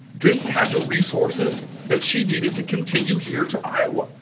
didn't have the resources that she needed to continue here to iowa.